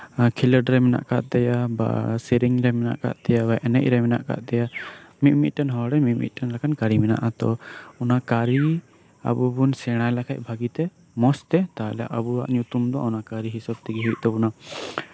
ᱠᱷᱮᱞᱳᱰ ᱨᱮ ᱢᱮᱱᱟᱜ ᱟᱠᱟᱫ ᱛᱟᱭᱟ ᱵᱟ ᱥᱮᱹᱨᱮᱹᱧ ᱨᱮ ᱢᱮᱱᱟᱜᱟ ᱟᱠᱟᱫ ᱛᱟᱭᱟ ᱵᱟ ᱮᱱᱮᱡ ᱨᱮ ᱢᱮᱱᱟᱜ ᱟᱠᱟᱫ ᱛᱟᱭᱟ ᱢᱤᱫ ᱢᱤᱫᱴᱮᱱ ᱦᱚᱲᱨᱮ ᱢᱤᱫ ᱢᱤᱫᱴᱮᱱ ᱠᱟᱹᱨᱤ ᱢᱮᱱᱟᱜᱼᱟ ᱛᱚ ᱚᱱᱟ ᱠᱟᱹᱨᱤ ᱟᱵᱚ ᱵᱩᱱ ᱥᱮᱬᱟ ᱞᱮᱠᱷᱟᱱ ᱵᱷᱟᱜᱮᱛᱮ ᱢᱚᱪᱛᱮ ᱛᱟᱦᱚᱞᱮ ᱟᱵᱚᱣᱟᱜ ᱧᱩᱛᱩᱢ ᱫᱚ ᱚᱱᱟ ᱠᱟᱹᱨᱤ ᱦᱤᱥᱟᱹᱵ ᱛᱮᱜᱮ ᱦᱳᱭᱳᱜ ᱛᱟᱵᱚᱱᱟ